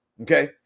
Okay